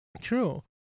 True